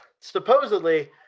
supposedly